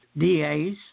DAs